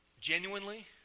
Genuinely